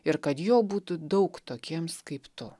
ir kad jo būtų daug tokiems kaip tu